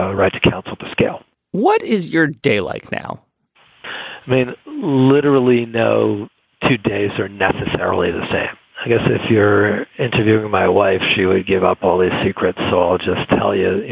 ah right, to counsel to scale what is your day like now? i mean, literally, no two days are necessarily the same i guess if you're interviewing my wife, she would give up all its secrets. so i'll just tell you, you